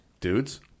dudes